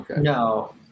No